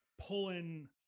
pulling